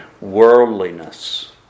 worldliness